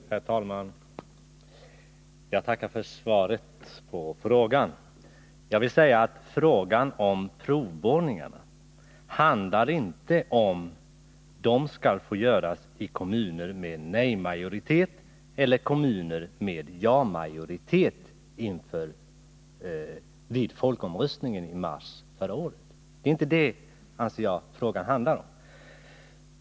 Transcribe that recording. Herr talman! Jag tackar för svaret på frågan. Frågan om provborrningarna handlar inte om huruvida dessa skall göras i kommuner som hade nej-majoritet eller i kommuner som hade ja-majoritet vid folkomröstningen i mars förra året.